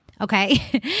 okay